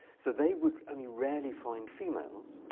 so they would only rarely find females,